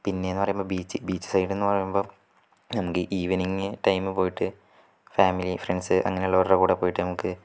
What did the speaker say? പിന്നേന്ന് പറയുമ്പം beach beach സൈഡെന്ന് പറയുമ്പം നമുക്ക് ഈവെനിംഗ് ടൈമ് പോയിട്ട് ഫാമിലി ഫ്രണ്ട്സ് അങ്ങനെ ഉള്ളവരുടെ കൂടെ പോയിട്ട് നമുക്ക്